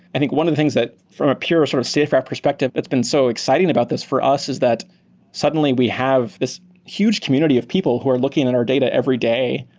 i think one of the things that from a pure sort of safegraph perspective that's been so exciting about this for us is that suddenly we have this huge community of people who are looking in our data every day,